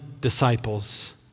disciples